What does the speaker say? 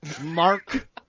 Mark